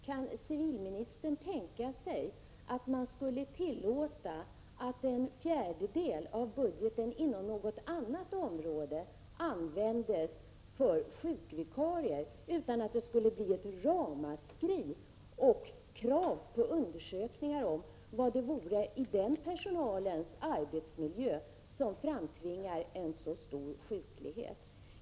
Kan civilministern tänka sig att man inom något annat område skulle tillåta att en fjärdedel av budgeten används för sjukvikarier utan att det skulle bli ett ramaskri och krav på undersökningar om vad det är i personalens arbetsmiljö som framtvingar en sådan stor sjuklighet?